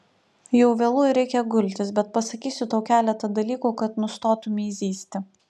jau vėlu ir reikia gultis bet pasakysiu tau keletą dalykų kad nustotumei zyzti